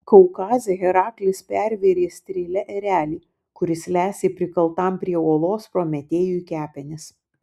kaukaze heraklis pervėrė strėle erelį kuris lesė prikaltam prie uolos prometėjui kepenis